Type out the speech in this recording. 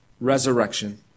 resurrection